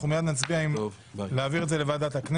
אנחנו מיד נצביע אם להעביר את זה לוועדת הכנסת.